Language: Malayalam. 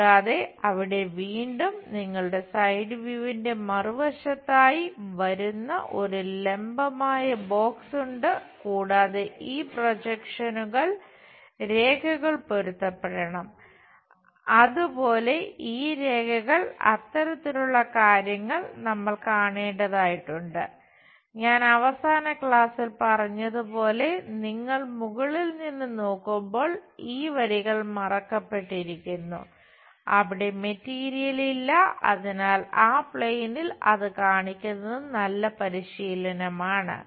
കൂടാതെ അവിടെ വീണ്ടും നിങ്ങളുടെ സൈഡ് വ്യൂവിന്റെ അത് കാണിക്കുന്നത് നല്ല പരിശീലനമാണ്